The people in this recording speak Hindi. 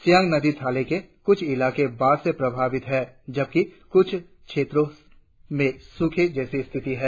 सियांग नदी थाले के कुछ इलाके बाढ़ से प्रभावित है जबकि कुछ क्षेत्रों में सूखे जैसी स्थिति है